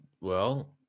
Well-